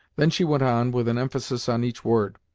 then she went on, with an emphasis on each word,